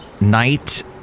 Night